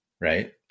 right